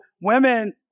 Women